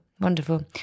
Wonderful